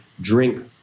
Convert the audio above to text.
drink